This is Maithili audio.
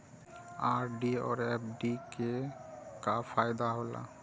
आर.डी और एफ.डी के का फायदा हौला?